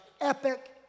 epic